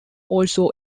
also